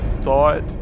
thought